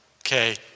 okay